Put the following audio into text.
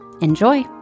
Enjoy